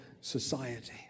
society